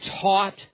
taught